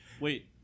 Wait